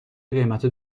قیمت